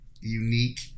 Unique